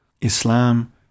Islam